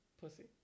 pussy